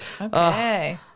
okay